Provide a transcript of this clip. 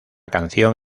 canción